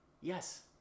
Yes